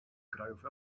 krajów